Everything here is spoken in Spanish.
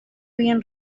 bien